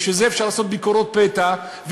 אפשר לעשות ביקורות פתע.